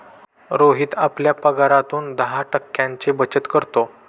रोहित आपल्या पगारातून दहा टक्क्यांची बचत करतो